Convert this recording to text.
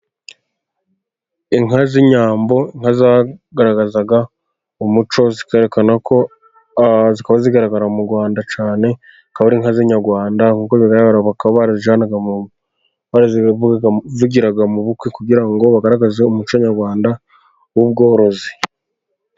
Inka z'inyambo, inka zagaragazaga umuco, zikerekana ko, zikaba zigaragara mu Rwanda cyane, akaba inka z'inyarwanda, nk'uko bigaragara bakaba barazijyanaga, barazivugiraga mu bukwe kugira ngo bagaragaze umuco nyarwanda w'ubworozi.